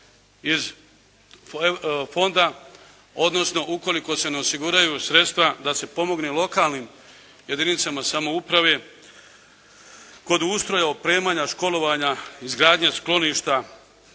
iz fonda, odnosno ukoliko se ne osiguraju sredstva da se pomogne lokalnim jedinicama samouprave od ustroja, opremanja, školovanja, izgradnje skloništa